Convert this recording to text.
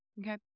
Okay